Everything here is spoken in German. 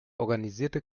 organisierte